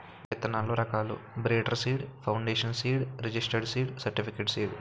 విత్తనాల్లో రకాలు breeder seed, foundation seed, registered seed, certified seed